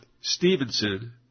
Stevenson